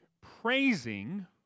praising